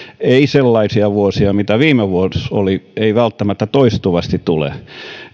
eikä sellaisia vuosia kuin viime vuosi välttämättä toistuvasti tule